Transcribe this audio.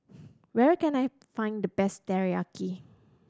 where can I find the best Teriyaki